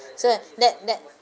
so uh that that